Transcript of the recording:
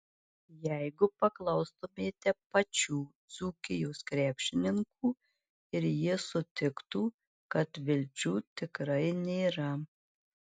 jeigu paklaustumėte pačių dzūkijos krepšininkų ir jie sutiktų kad vilčių tikrai nėra